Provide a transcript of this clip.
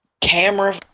camera